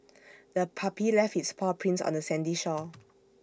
the puppy left its paw prints on the sandy shore